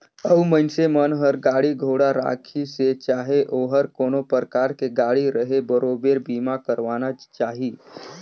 अउ मइनसे मन हर गाड़ी घोड़ा राखिसे चाहे ओहर कोनो परकार के गाड़ी रहें बरोबर बीमा करवाना चाही